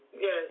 yes